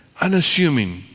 unassuming